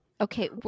Okay